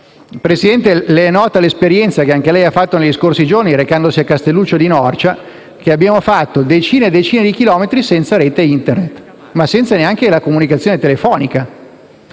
Presidente, le è nota l'esperienza, che anche lei ha fatto nei giorni scorsi, recandosi a Castelluccio di Norcia. Abbiamo percorso decine e decine di chilometri senza rete Internet e senza nemmeno la comunicazione telefonica,